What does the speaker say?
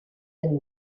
been